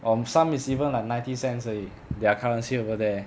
um some is even like ninety cents 而已 their currency over there